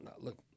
Look